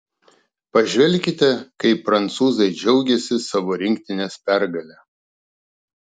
pažvelkite kaip prancūzai džiaugėsi savo rinktinės pergale